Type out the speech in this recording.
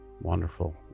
Wonderful